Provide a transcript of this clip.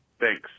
Thanks